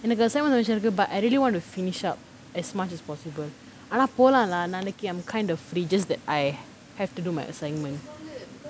எனக்கு:enakku assignment விஷயம் இருக்கு:visayam irukku but I really want to finish up as much as possible ஆனா போலாம்:aanaa polaam lah நாளைக்கு:naalaiku I'm kind of free just that I have to do my assignment